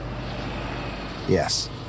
Yes